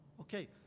okay